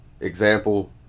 Example